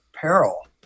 peril